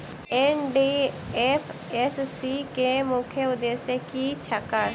NDFSC केँ मुख्य उद्देश्य की छैक?